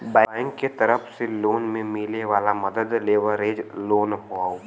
bank के तरफ से लोन में मिले वाला मदद लेवरेज लोन हौ